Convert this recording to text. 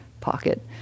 pocket